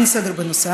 אין סדר בנושא.